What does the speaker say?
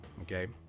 Okay